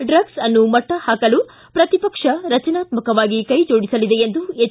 ಡ್ರಗ್ಲೆ ಅನ್ನು ಮಟ್ಟ ಹಾಕಲು ಪ್ರತಿಪಕ್ಷ ರಚನಾತ್ಮಕವಾಗಿ ಕ್ಕೆಜೋಡಿಸಲಿದೆ ಎಂದು ಎಚ್